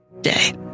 day